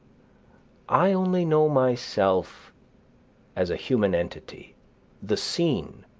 i only know myself as a human entity the scene,